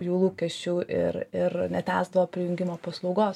jų lūkesčių ir ir netęsdavo prijungimo paslaugos